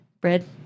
Bread